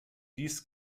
dies